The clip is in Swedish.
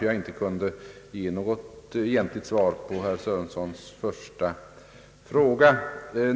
Av det skälet kunde jag inte ge något egentligt svar på herr Sörensons första fråga.